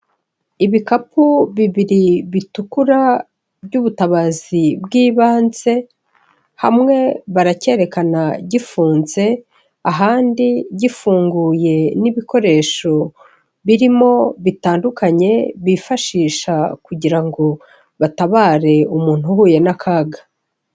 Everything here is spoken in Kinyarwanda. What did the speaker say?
Ibikapu bibiri bitukura by'ubutabazi bwibanze, hamwe baracyekana gifunze ahandi gifunguye n'ibikoresho birimo bitandukanye, bifashisha kugira ngo batabare umuntu uhuye n'akaga.